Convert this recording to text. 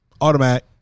Automatic